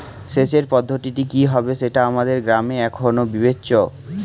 সেচের পদ্ধতিটি কি হবে সেটা আমাদের গ্রামে এখনো বিবেচ্য